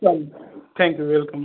चालेल thank you welcome